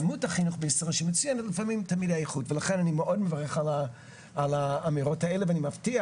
לכן אני מאוד מברך על האמירות האלה ואני מבטיח